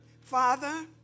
Father